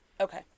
Okay